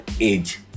age